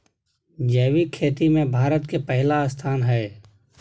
जैविक खेती में भारत के पहिला स्थान हय